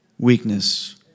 Weakness